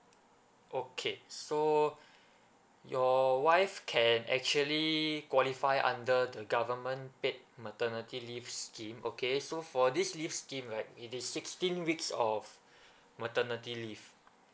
okay so your wife can actually qualify under the government paid maternity leave scheme okay so for this leave scheme right it is sixteen weeks of maternity leave